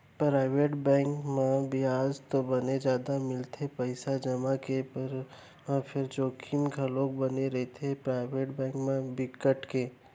private bank म बियाज तो बने जादा मिलथे पइसा जमा के करब म फेर जोखिम घलोक बने रहिथे, पराइवेट बेंक म बिकट के